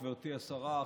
גברתי השרה,